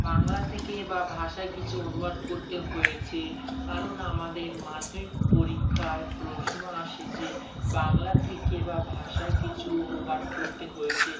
বাংলা থেকে বা ভাষায় কিছু অনুবাদ করতে হয়েছে কারণ আমাদের মাধ্যমিক পরীক্ষায় প্রশ্ন আসে যে বাংলা থেকে বা ভাষায় কিছু অনুবাদ করতে হয়েছে